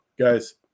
guys